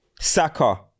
Saka